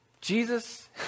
Jesus